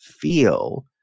feel